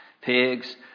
pigs